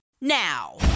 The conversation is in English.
now